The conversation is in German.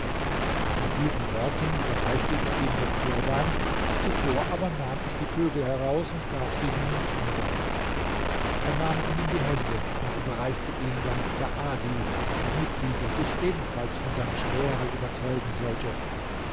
mit diesen worten überreichte ich ihm den turban zuvor aber nahm ich die vögel heraus und gab sie meinen kindern er nahm ihn in die hände und überreichte ihn dann saadi damit dieser sich ebenfalls von seiner schwere überzeugen sollte